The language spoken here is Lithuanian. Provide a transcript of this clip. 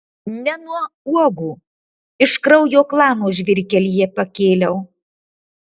ne nuo uogų iš kraujo klano žvyrkelyje pakėliau